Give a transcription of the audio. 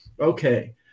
Okay